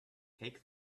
take